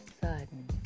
sudden